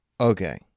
Okay